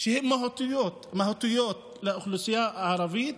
שהן מהותיות לאוכלוסייה הערבית,